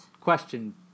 Question